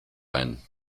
ein